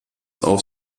auf